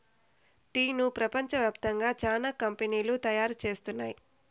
టీను ప్రపంచ వ్యాప్తంగా చానా కంపెనీలు తయారు చేస్తున్నాయి